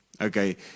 Okay